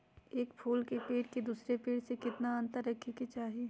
एक फुल के पेड़ के दूसरे पेड़ के बीज केतना अंतर रखके चाहि?